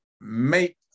make